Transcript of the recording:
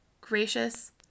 gracious